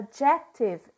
adjective